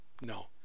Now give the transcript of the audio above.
No